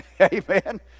Amen